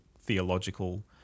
theological